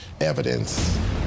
evidence